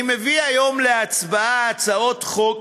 אני מביא היום להצבעה הצעת החוק